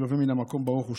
כלֹוה מן המקום ברוך הוא,